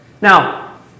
Now